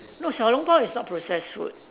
no 小笼包 is not processed food